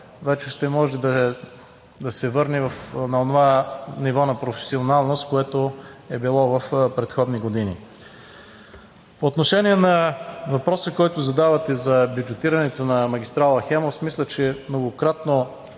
вече ще може да се върне на онова ниво на професионалност, което е било в предходни години. По отношение на въпроса, който задавате, за бюджетирането на магистрала „Хемус“, мисля, че многократно